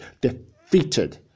defeated